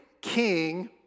king